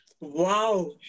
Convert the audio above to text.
Wow